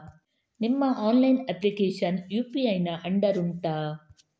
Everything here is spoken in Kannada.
ನಿಮ್ಮ ಆನ್ಲೈನ್ ಅಪ್ಲಿಕೇಶನ್ ಯು.ಪಿ.ಐ ನ ಅಂಡರ್ ಉಂಟಾ